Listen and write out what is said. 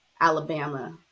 Alabama